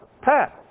path